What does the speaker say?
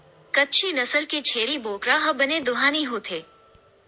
कच्छी नसल के छेरी बोकरा ह बने दुहानी होथे